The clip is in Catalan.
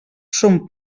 són